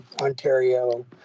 Ontario